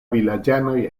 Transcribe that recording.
vilaĝanoj